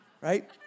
Right